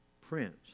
prince